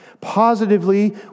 Positively